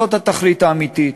זו התכלית האמיתית.